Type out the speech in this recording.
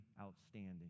outstanding